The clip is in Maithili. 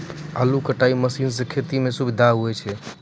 आलू कटाई मसीन सें खेती म सुबिधा होय छै